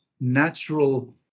natural